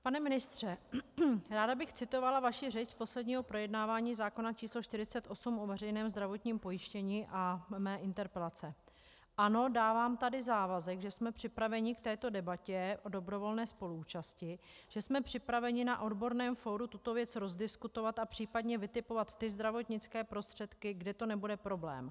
Pane ministře, ráda bych citovala vaši řeč z posledního projednávání zákona č. 48, o veřejném zdravotním pojištění, a mé interpelace: Ano, dávám tady závazek, že jsme připraveni k této debatě o dobrovolné spoluúčasti, že jsme připraveni na odborném fóru tuto věc rozdiskutovat a případně vytipovat ty zdravotnické prostředky, kde to nebude problém.